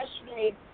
yesterday